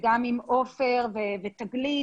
גם עם עופר ותגלית,